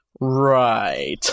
Right